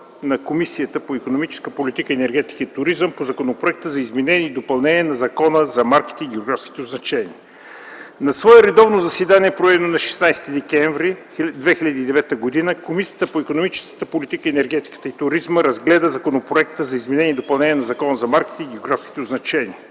на Комисията по икономическата политика, енергетика и туризъм по Законопроекта за изменение и допълнение на Закона за марките и географските означения На свое редовно заседание, проведено на 16 декември 2009 г., Комисията по икономическата политика, енергетика и туризъм разгледа Законопроекта за изменение и допълнение на Закона за марките и географските означения.